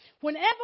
Whenever